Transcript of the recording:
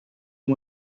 and